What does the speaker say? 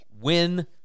win